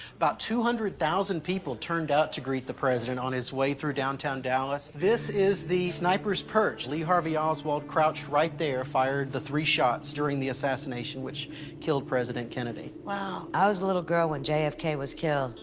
about two hundred thousand people turned out to greet the president on his way through downtown dallas. this is the sniper's perch. lee harvey oswald crouched right there. fired the three shots during the assassination which killed president kennedy. wow. i was a little girl when jfk was killed.